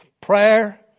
prayer